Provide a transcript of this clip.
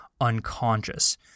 unconscious